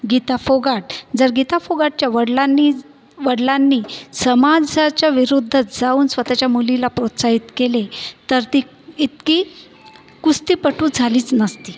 गीता फोगाट जर गीता फुगाटच्या वडिलांनी वडिलांनी समाजाच्याविरुद्ध जाऊन स्वतःच्या मुलीला प्रोसाहित केले तर ती इतकी कुस्तीपटू झालीच नसती